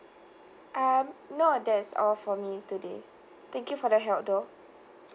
um no that's all for me today thank you for the help though